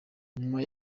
nyuma